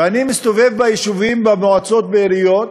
ואני מסתובב ביישובים, במועצות, בעיריות,